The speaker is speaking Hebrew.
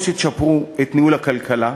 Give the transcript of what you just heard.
או שתשפרו את ניהול הכלכלה,